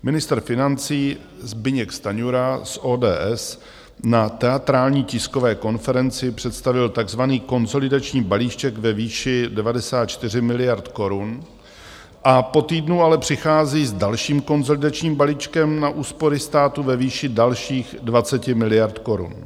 Ministr financí Zbyněk Stanjura z ODS na teatrální tiskové konferenci představil takzvaný konsolidační balíček ve výši 94 miliard korun, ale po týdnu přichází s dalším konsolidačním balíčkem na úspory státu ve výši dalších 20 miliard korun.